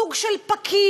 סוג של פקיד.